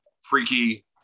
freaky